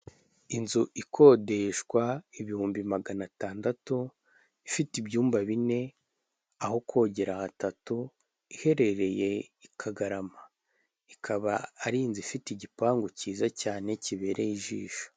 Inzu ikodeshwa ibihumbi magana atandatu, ifite ibyumba bine, aho kogera hatatu, iherereye i Kagarama, ikaba ari inzu ifite igipangu cyiza cyane kibereye ijisho.